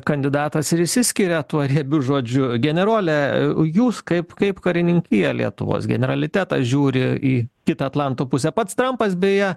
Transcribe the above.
kandidatas ir išsiskiria tuo riebiu žodžiu generole jūs kaip kaip karininkija lietuvos generalitetas žiūri į kitą atlanto pusę pats trampas beje